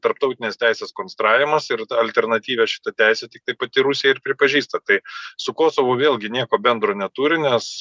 tarptautinės teisės konstravimas ir alternatyvią šitą teisę tiktai pati rusija ir pripažįsta tai su kosovu vėlgi nieko bendro neturi nes